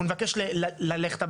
אנחנו נבקש ללכת הביתה,